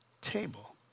table